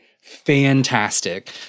fantastic